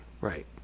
right